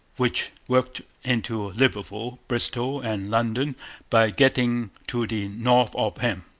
which worked into liverpool, bristol, and london by getting to the north of him.